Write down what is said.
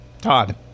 Todd